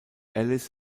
ellis